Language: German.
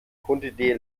grundidee